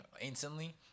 instantly